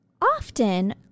often